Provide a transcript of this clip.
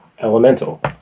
elemental